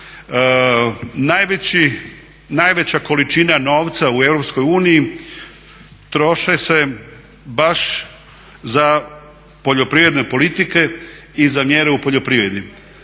najveća količina novca u Europskoj uniji troše se baš za poljoprivredne politike i za mjere u poljoprivredi.